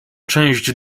część